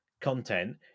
content